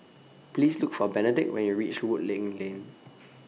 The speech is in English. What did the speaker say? Please Look For Benedict when YOU REACH Woodleigh Lane